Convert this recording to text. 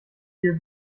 viel